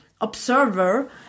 observer